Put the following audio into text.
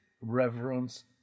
reverence